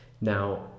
Now